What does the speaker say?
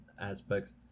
aspects